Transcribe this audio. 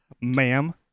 Ma'am